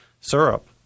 syrup